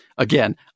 Again